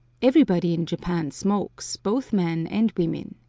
everybody in japan smokes, both men and women.